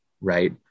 right